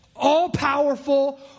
all-powerful